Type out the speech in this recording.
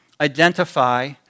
identify